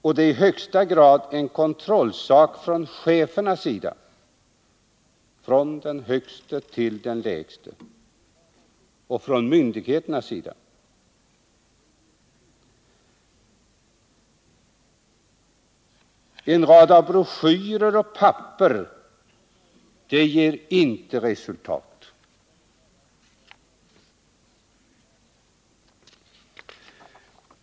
och det är i högsta grad en fråga om kontroll från chefernas sida — från den högste till den lägste — och från myndigheternas sida. En rad av broschyrer och papper ger inte resultat.